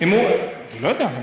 אני לא יודע.